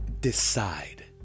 decide